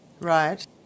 Right